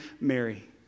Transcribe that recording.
Mary